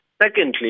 Secondly